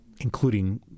including